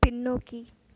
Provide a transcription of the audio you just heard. பின்னோக்கி